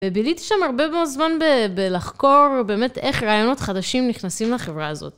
וביליתי שם הרבה מאוד זמן ב ב... בלחקור, באמת איך רעיונות חדשים נכנסים לחברה הזאת.